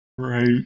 Right